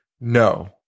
No